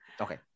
Okay